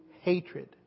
hatred